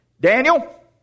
Daniel